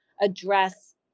address